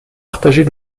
partager